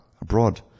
abroad